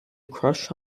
crush